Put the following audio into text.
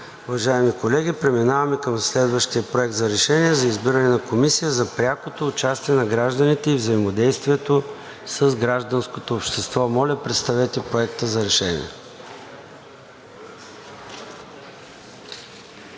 Уважаеми колеги, преминаваме към следващия Проект за решение за избиране на Комисия за прякото участие на гражданите и взаимодействието с гражданското общество. Моля, представете Проекта за решение.